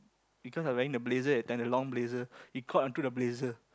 because I wearing the blazer that time the long blazer it caught onto the blazer